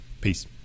Peace